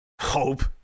hope